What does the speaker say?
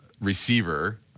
receiver –